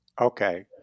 Okay